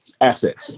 assets